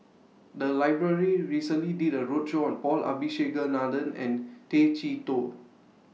The Library recently did A roadshow on Paul Abisheganaden and Tay Chee Toh